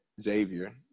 Xavier